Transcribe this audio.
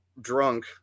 drunk